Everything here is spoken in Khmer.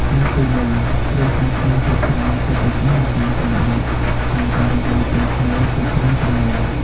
កាលពីមុន គ្រួសារខ្មែរភាគច្រើន ជាពិសេសនៅតាមជនបទ តែងតែរស់នៅជុំគ្នាជាច្រើនជំនាន់។